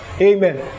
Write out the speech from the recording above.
Amen